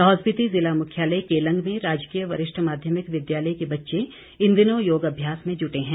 लाहौल स्पीति ज़िला मुख्यालय केलंग में राजकीय वरिष्ठ माध्यमिक विद्यालय के बच्चे इन दिनों योगा अभ्यास में जुटे हैं